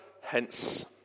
hence